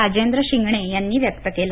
राजेंद्र शिंगणे यांनी व्यक्त केला